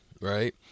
right